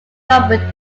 governed